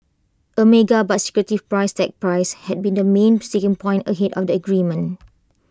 A mega but secretive price tag price had been the main sticking point ahead of the agreement